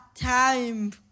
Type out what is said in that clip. time